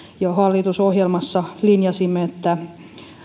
jo hallitusohjelmassa linjasimme että